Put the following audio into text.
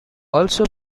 also